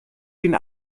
den